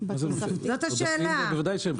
זאת השאלה.